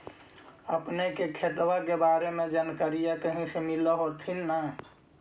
अपने के खेतबा के बारे मे जनकरीया कही से मिल होथिं न?